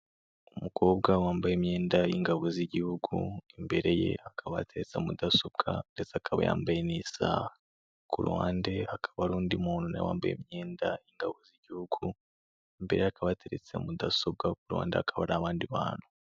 Umukobwa wambaye imyenda y'ingabo z'igihugu imbere ye hakaba hateretse mudasobwa, ndetse akaba yambaye n'isaha. Ku ruhande hakaba hari undi muntu na we wambaye imyenda y'ingabo z'igihugu, imbere ye hakaba hateretse mudasobwa, ku ruhande hakaba hari abandi bantu.